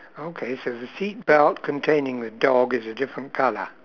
okay so the seat belt containing the dog is a different colour